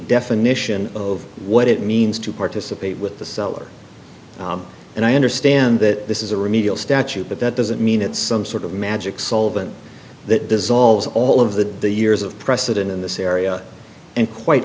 definition of what it means to participate with the seller and i understand that this is a remedial statute but that doesn't mean it's some sort of magic solvent that dissolves all of the years of precedent in this area and quite